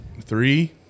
three